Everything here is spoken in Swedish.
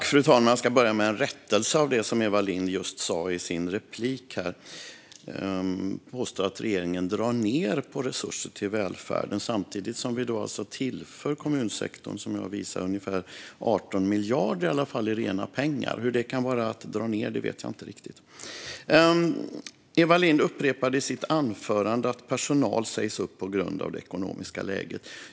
Fru talman! Jag ska börja med en rättelse av det som Eva Lindh just sa i sin replik. Hon påstod att regeringen drar ned på resurser till välfärden. Som jag visade på tillför vi kommunsektorn ungefär 18 miljarder i rena pengar. Hur det kan vara att dra ned vet jag inte riktigt. Eva Lindh upprepade i sitt anförande att personal sägs upp på grund av det ekonomiska läget.